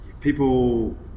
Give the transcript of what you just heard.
people